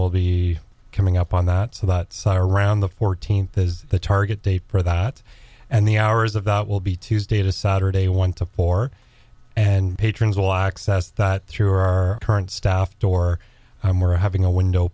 will be coming up on that so that sar round the fourteenth that is the target date for that and the hours of that will be tuesday to saturday one to four and patrons will access that through our current staff door were having a window